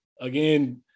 again